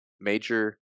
major